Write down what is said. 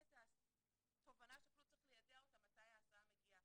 את התובנה שאפילו צריך ליידע אותם מתי ההסעה מגיעה.